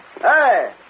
Hey